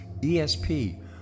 ESP